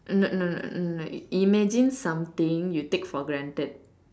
no no no imagine something you take for granted